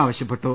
ആവശ്യപ്പെ ട്ടു